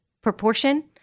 proportion